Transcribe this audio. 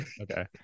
Okay